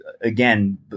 again